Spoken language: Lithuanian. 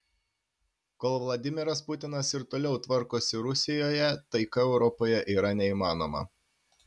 kol vladimiras putinas ir toliau tvarkosi rusijoje taika europoje yra neįmanoma